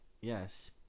Yes